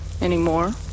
anymore